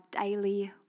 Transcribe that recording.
daily